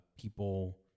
people